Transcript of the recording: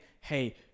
hey